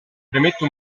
premette